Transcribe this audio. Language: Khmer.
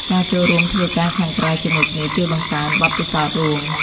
ការចូលរួមធ្វើការខាងក្រៅជាមួយគ្នាជួយបង្កើនបទពិសោធន៍រួម។